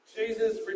Jesus